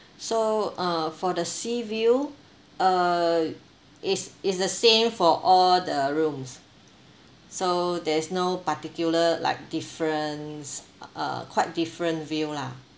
so uh for the seaview uh is is the same for all the rooms so there's no particular like difference uh quite different view lah